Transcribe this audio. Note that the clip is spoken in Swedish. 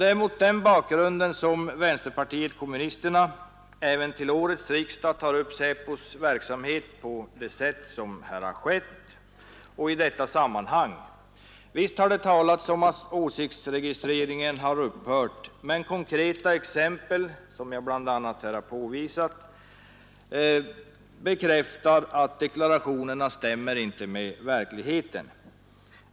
Det är mot den bakgrunden som vänsterpartiet kommunisterna även till årets riksdag tar upp SÄPO:s verksamhet på detta sätt och i detta sammanhang. Visst har det talats om att åsiktsregistreringen har upphört, men konkreta exempel som bl.a. det jag här har påvisat, bekräftar att deklarationerna inte stämmer med verkligheten.